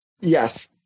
Yes